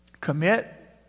Commit